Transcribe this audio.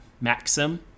Maxim